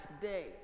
day